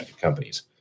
companies